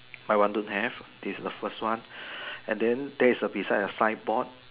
my one don't have this is the first one and then there is beside the side board